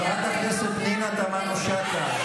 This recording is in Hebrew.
חברת הכנסת פנינה תמנו שטה.